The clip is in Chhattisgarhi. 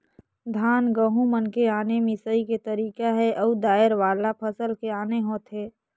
धान, गहूँ मन के आने मिंसई के तरीका हे अउ दायर वाला फसल के आने होथे